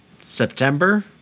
September